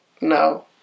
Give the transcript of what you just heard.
No